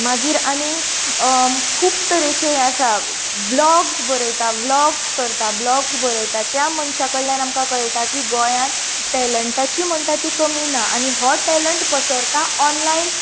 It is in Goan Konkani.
मागीर आनीक खूब तरेचें हें आसा व्लोग्स बरयतात व्लोग्स करतात ब्लोग्स बरयतात त्या मनशां कडल्यान आमकां कळटा की गोंयांत टॅलंटाची म्हणटा ती कमी ना आनी हो टॅलंट पसरता ऑनलायन